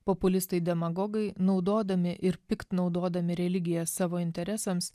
populistai demagogai naudodami ir piktnaudodami religiją savo interesams